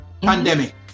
pandemic